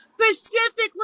Specifically